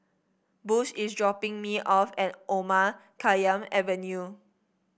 Bush is dropping me off at Omar Khayyam Avenue